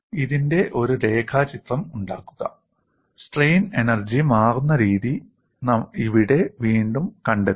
ഇതിന്റെ ഒരു രേഖാചിത്രം ഉണ്ടാക്കുക സ്ട്രെയിൻ എനർജി മാറുന്ന രീതി ഇവിടെ വീണ്ടും കണ്ടെത്തും